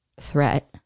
threat